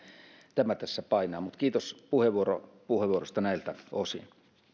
tämä tässä painaa mutta kiitos puheenvuorosta näiltä osin